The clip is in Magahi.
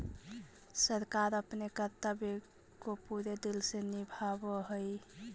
सरकार अपने कर्तव्य को पूरे दिल से निभावअ हई